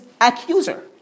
accuser